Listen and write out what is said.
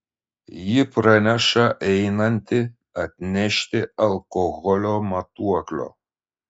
ji praneša einanti atnešti alkoholio matuoklio